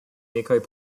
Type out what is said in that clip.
nekaj